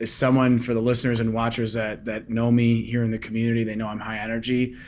as someone for the listeners and watchers that that know me here in the community, they know i'm high energy,